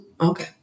Okay